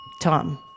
Tom